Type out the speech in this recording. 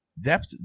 depth